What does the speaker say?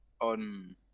on